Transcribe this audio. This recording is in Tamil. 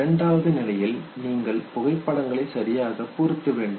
இரண்டாவது நிலையில் நீங்கள் புகைப்படங்களை சரியாக பொருத்த வேண்டும்